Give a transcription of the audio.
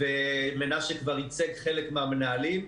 ומנשה כבר ייצג חלק מהמנהלים.